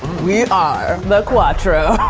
we are the quattro.